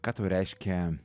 ką tau reiškia